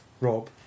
Rob